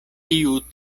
tiu